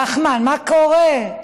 נחמן, מה קורה?